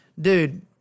Dude